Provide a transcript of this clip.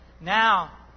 Now